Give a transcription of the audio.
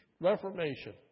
reformation